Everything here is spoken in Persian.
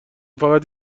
فقط